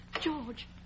George